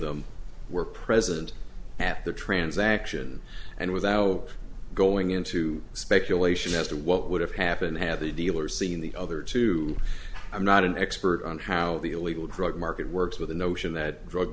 them were present at the transaction and without going into speculation as to what would have happened had the dealer seen the other two i'm not an expert on how the illegal drug market works with the notion that drug